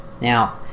Now